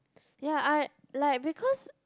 ya I like because